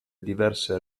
diverse